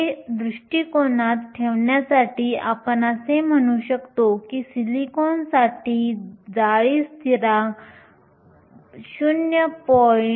हे दृष्टीकोनात ठेवण्यासाठी आपण असे म्हणू शकतो की सिलिकॉनसाठी जाळी स्थिरांक 0